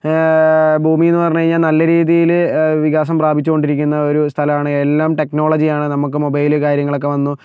ഭൂമിയെന്ന് പറഞ്ഞ് കഴിഞ്ഞാൽ നല്ലരീതിയിൽ വികാസം പ്രാപിച്ചുകൊണ്ടിരിക്കുന്ന ഒരു സ്ഥലമാണ് എല്ലാം ടെക്നോളജിയാണ് നമുക്ക് മൊബൈൽ കാര്യങ്ങളൊക്കെ വന്നു